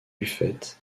buffet